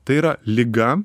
tai yra liga